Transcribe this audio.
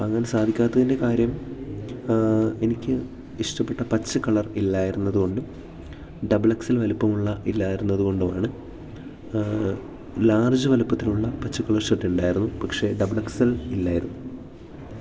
വാങ്ങാൻ സാധിക്കാത്തതിൻറ്റെ കാര്യം എനിക്ക് ഇഷ്ടപ്പെട്ട പച്ചക്കളർ ഇല്ലായിരുന്നത് കൊണ്ടും ഡബിളെക്സ്ൽ വലുപ്പമുള്ള ഇല്ലായിരുന്നത് കൊണ്ടുമാണ് ലാർജ് വലുപ്പത്തിലുള്ള പച്ച കളർ ഷർട്ട് ഉണ്ടായിരുന്നു പക്ഷേ ഡബിൾ എക്സ് എൽ ഇല്ലായിരുന്നു ു